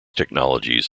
technologies